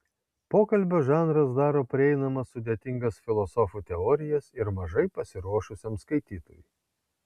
pokalbio žanras daro prieinamas sudėtingas filosofų teorijas ir mažai pasiruošusiam skaitytojui